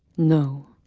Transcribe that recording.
no.